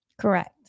Correct